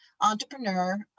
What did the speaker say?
entrepreneur